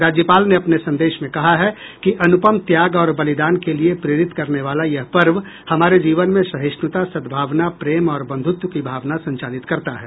राज्यपाल ने अपने संदेश में कहा है कि अनुपम त्याग और बलिदान के लिए प्रेरित करने वाला यह पर्व हमारे जीवन में सहिष्णुता सद्भावना प्रेम और बंधुत्व की भावना संचालित करता है